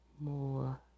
more